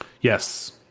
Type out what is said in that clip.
Yes